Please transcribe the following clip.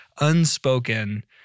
unspoken